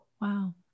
Wow